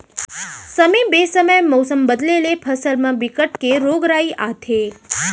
समे बेसमय मउसम बदले ले फसल म बिकट के रोग राई आथे